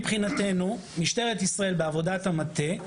משטרת ישראל בעבודת המטה,